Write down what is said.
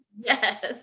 Yes